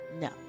No